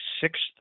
sixth